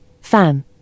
fan